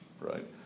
right